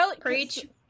Preach